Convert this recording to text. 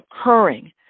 occurring